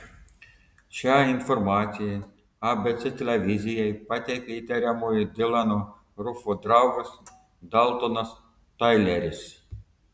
šią informaciją abc televizijai pateikė įtariamojo dilano rufo draugas daltonas taileris